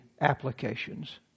applications